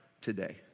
today